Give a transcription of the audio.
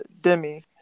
Demi